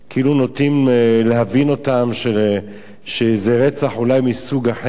כאילו נוטים להבין אותם, שזה רצח אולי מסוג אחר.